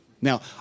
Now